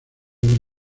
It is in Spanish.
del